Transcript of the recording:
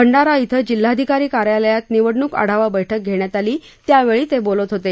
भंडारा इथं जिल्हाधिकारी कार्यालयात निवडणुक आढावा बैठक घेण्यात आली त्यावेळी ते बोलत होते